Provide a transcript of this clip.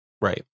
Right